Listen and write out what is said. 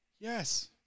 Yes